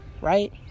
right